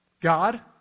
God